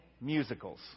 musicals